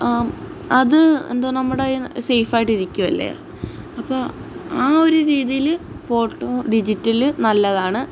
അത് എന്തോ നമ്മുടെ കയ്യില് സെയിഫായിട്ട് ഇരിക്കുകയല്ലേ അപ്പോള് ആ ഒരു രീതിയില് ഫോട്ടോ ഡിജിറ്റല് നല്ലതാണ്